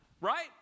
right